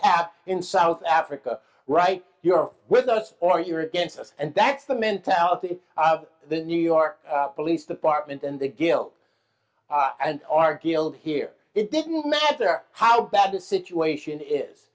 have in south africa right you're with us or you're against us and that's the mentality of the new york police department and the guilt and are killed here it didn't matter how bad the situation is